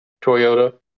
Toyota